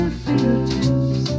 fingertips